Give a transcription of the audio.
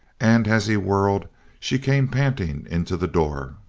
and as he whirled she came panting into the door.